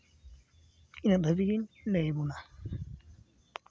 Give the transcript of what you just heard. ᱤᱱᱟᱹᱜ ᱫᱷᱟᱹᱵᱤᱡ ᱜᱤᱧ ᱞᱟᱹᱭᱟᱵᱚᱱᱟ